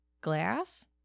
glass